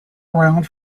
around